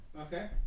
Okay